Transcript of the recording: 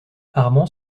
armand